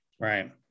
Right